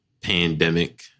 pandemic